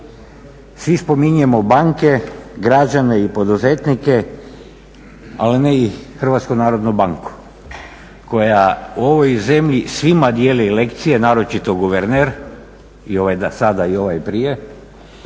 svi spominjemo banke, građane i poduzetnike, ali ne i Hrvatsku narodnu banku koja u ovoj zemlji svima dijeli lekcije naročito guverner i ovaj i sada prije,